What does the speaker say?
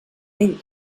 ell